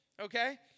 okay